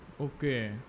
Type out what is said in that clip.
Okay